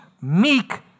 meek